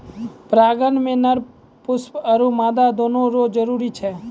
परागण मे नर पुष्प आरु मादा दोनो रो जरुरी छै